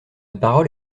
parole